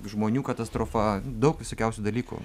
žmonių katastrofa daug visokiausių dalykų